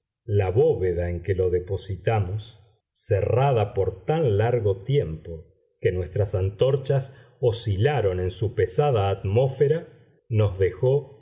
la bóveda en que lo depositamos cerrada por tan largo tiempo que nuestras antorchas oscilaron en su pesada atmósfera nos dejó